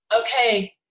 okay